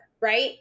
right